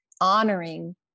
honoring